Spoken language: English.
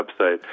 website